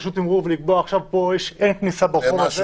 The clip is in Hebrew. רשות התימרור ולקבוע שאין כניסה ברחוב הזה והזה,